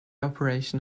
operation